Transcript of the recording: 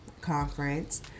conference